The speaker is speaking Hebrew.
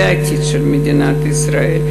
זה העתיד של מדינת ישראל.